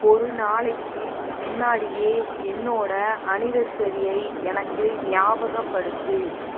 ஒரு நாளைக்கு முன்னாடியே என்னோடய அனிவர்சரியை எனக்கு ஞாபகப்படுத்து